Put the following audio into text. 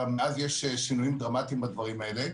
מאז יש שינויים דרמטיים בדברים האלה.